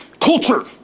culture